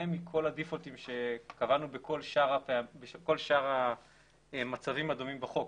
מכל הדיפולטים שקראנו בכל שאר המצבים הדומים בחוק.